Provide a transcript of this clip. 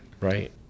Right